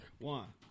one